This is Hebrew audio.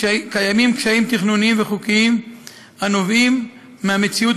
קיימים קשיים תכנוניים וחוקיים הנובעים מהמציאות